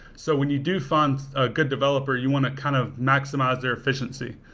so when you do find a good developer, you want to kind of maximize their efficiency.